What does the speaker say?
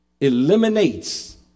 eliminates